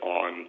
on